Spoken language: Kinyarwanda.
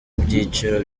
byiciro